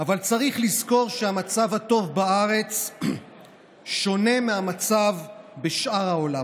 אבל צריך לזכור שהמצב הטוב בארץ שונה מהמצב בשאר העולם,